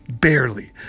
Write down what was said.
Barely